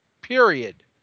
period